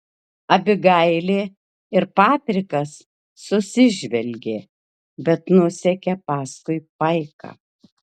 abigailė ir patrikas susižvelgė bet nusekė paskui paiką